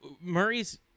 Murray's